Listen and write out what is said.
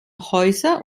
häuser